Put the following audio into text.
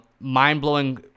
mind-blowing